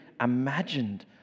imagined